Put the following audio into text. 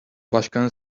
başkanı